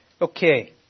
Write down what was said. okay